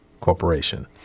Corporation